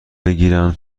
بگیرن